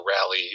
rally